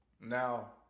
Now